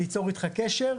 ניצור איתך קשר.